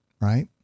Right